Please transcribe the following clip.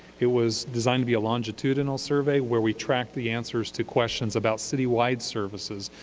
it was designed to be a longitudinal survey where we tracked the answers to questions about citywide services.